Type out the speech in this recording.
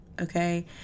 okay